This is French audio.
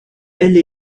elle